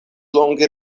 longe